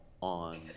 on